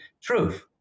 truth